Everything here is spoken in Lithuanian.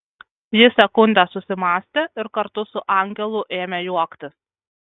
ji sekundę susimąstė ir kartu su angelu ėmė juoktis